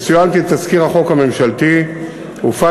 יצוין כי תזכיר החוק הממשלתי הופץ